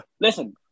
listen